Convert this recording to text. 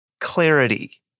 clarity